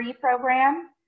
program